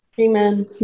amen